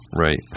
Right